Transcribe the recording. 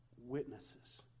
witnesses